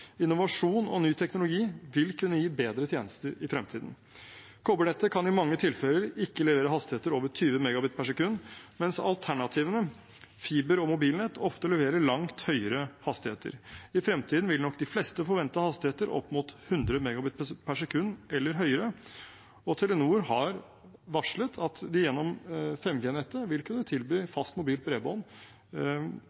Innovasjon og ny teknologi vil kunne gi bedre tjenester i fremtiden. Kobbernettet kan i mange tilfeller ikke levere hastigheter over 20 Mbit/s, mens alternativene, fiber- og mobilnett, ofte leverer langt høyere hastigheter. I fremtiden vil nok de fleste forvente hastigheter opp mot 100 Mbit/s eller høyere, og Telenor har varslet at de gjennom 5G-nettet vil kunne tilby